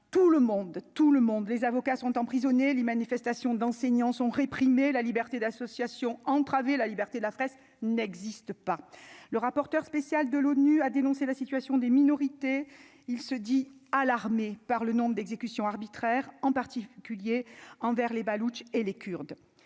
tout le monde, tout le monde : les avocats sont emprisonnés les manifestations d'enseignants sont réprimer la liberté d'association entraver la liberté de la presse n'existe pas, le rapporteur spécial de l'ONU, a dénoncé la situation des minorités, il se dit alarmé par le nombre d'exécutions arbitraires en partie Culié envers les Baloutches et les Kurdes,